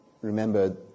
remember